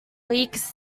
weeks